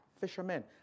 Fishermen